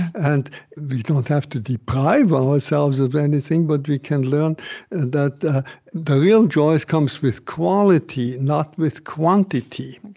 and we don't have to deprive ourselves of anything, but we can learn that the the real joy comes with quality, not with quantity. and